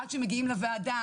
עד שמגיעים לוועדה,